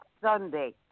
Sunday